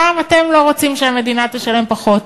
הפעם אתם לא רוצים שהמדינה תשלם פחות,